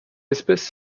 espèce